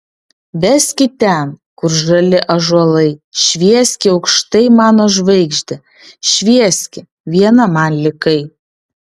veski ten kur žali ąžuolai švieski aukštai mano žvaigžde švieski viena man likai